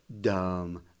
dumb